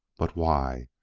but why?